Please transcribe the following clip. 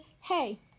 hey